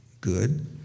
good